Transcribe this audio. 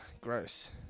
gross